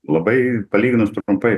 labai palyginus trumpai